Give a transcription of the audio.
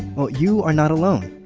well, you're not alone.